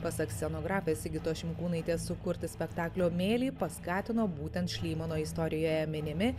pasak scenografės sigitos šimkūnaitės sukurti spektaklio mėlį paskatino būtent šlymano istorijoje minimi